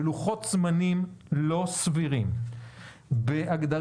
בלוחות זמנים לא סבירים בהגדרה,